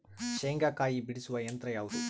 ಶೇಂಗಾಕಾಯಿ ಬಿಡಿಸುವ ಯಂತ್ರ ಯಾವುದು?